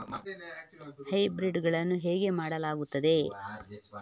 Hybrid ಗಳನ್ನು ಹೇಗೆ ಮಾಡಲಾಗುತ್ತದೆ?